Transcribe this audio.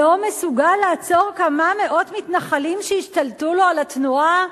לא מסוגל לעצור כמה מאות מתנחלים שהשתלטו לו על התנועה.